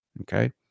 Okay